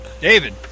David